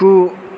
गु